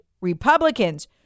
Republicans